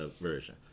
version